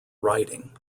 writing